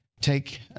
take